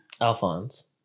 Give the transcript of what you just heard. Alphonse